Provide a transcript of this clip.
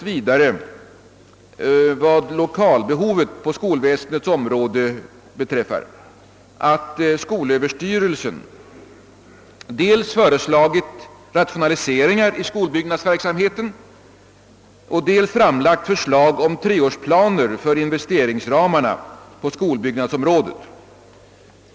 vet på skolväsendets område beträffar att skolöverstyrelsen dels föreslagit rationaliseringar i skolbyggnadsverksamheten, dels framlagt förslag om treårsplaner för investeringsramarna på skolbyggnadsområdet.